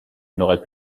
n’aurait